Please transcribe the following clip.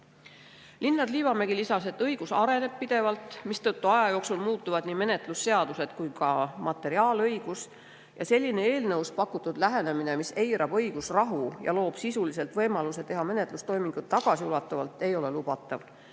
on. Linnar Liivamägi lisas, et õigus areneb pidevalt, mistõttu aja jooksul muutuvad nii menetlusseadused kui ka materiaalõigus, ja eelnõus pakutud lähenemine, mis eirab õigusrahu ja loob sisuliselt võimaluse teha menetlustoiminguid tagasiulatuvalt, ei ole lubatav.